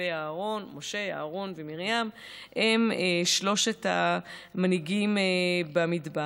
אהרון ומרים הם שלושת המנהיגים במדבר.